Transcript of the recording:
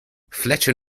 fletcher